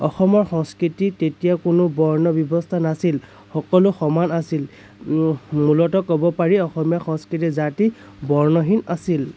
অসমৰ সংস্কৃতিত তেতিয়া কোনো বৰ্ণ ব্যৱস্থা নাছিল সকলো সমান আছিল মূলত ক'ব পাৰি অসমীয়া সংস্কৃতি জাতি বৰ্ণহীন আছিল